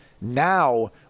Now